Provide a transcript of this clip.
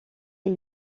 est